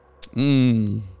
Mmm